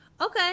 Okay